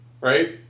Right